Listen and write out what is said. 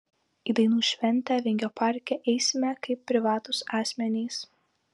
į dainų šventę vingio parke eisime kaip privatūs asmenys